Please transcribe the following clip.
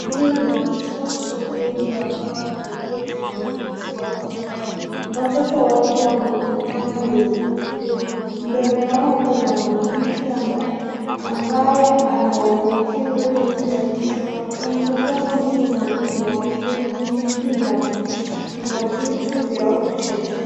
hii ina watoto wengi ambao wameketi kwenye kiti wakichora. Watoto wale wanaonekana wenye kutulia. Mbele yao kuna mwanamke ambaye anawaelekeza jinsi ya kuchora. Kwa mtazamo ndiye mwalimu wao. Sehemu hii ina vitu vya kuchezea.